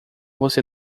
você